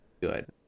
Good